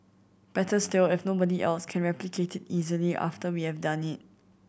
better still if nobody else can replicate it easily after we have done it